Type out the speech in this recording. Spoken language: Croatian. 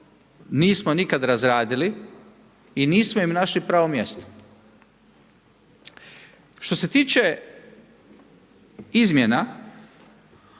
nismo nikad razradili i nismo im našli pravo mjesto. Što se tiče izmjena,